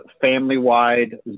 family-wide